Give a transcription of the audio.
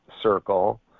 circle